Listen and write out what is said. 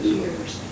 years